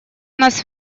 нас